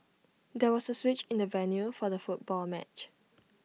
there was A switch in the venue for the football match